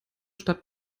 stadt